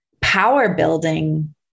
power-building